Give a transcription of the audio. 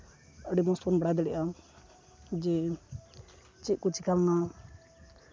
ᱟᱹᱰᱤ ᱡᱤᱱᱤᱥ ᱵᱚᱱ ᱵᱟᱲᱟᱭ ᱫᱟᱲᱮᱭᱟᱜᱼᱟ ᱡᱮ ᱪᱮᱫ ᱠᱚ ᱪᱤᱠᱟᱹ ᱞᱮᱱᱟ